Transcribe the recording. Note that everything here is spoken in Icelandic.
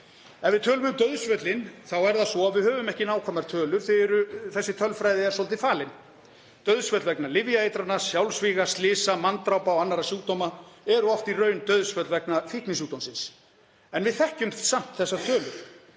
Ef við tölum um dauðsföllin þá er það svo að við höfum ekki nákvæmar tölur því að þessi tölfræði er svolítið falin. Dauðsföll vegna lyfjaeitrana, sjálfsvíga, slysa, manndrápa og annarra sjúkdóma eru oft í raun dauðsföll vegna fíknisjúkdómsins. En við þekkjum samt þessar tölur.